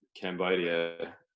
Cambodia